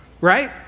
Right